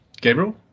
Gabriel